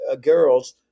girls